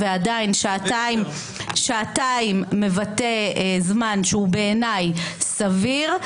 ועדיין שעתיים מבטא זמן שהוא בעיניי סביר,